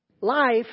Life